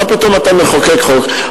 מה פתאום אתה מחוקק חוק.